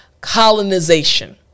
colonization